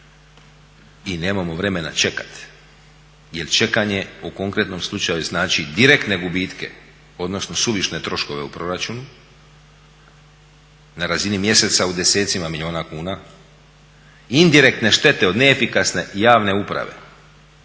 i nemamo vremena čekati, jer čekanje u konkretnom slučaju znači direktne gubitke, odnosno suvišne troškove u proračunu na razini mjeseca u desetcima milijuna kuna, indirektne štete od neefikasne javne uprave